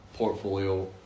portfolio